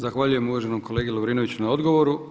Zahvaljujem uvaženom kolegi Lovrinoviću na odgovoru.